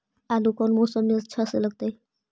आलू कौन मौसम में अच्छा से लगतैई?